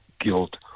guilt